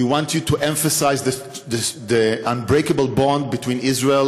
אנחנו רואים את הסמליות בביקור הזה,